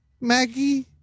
Maggie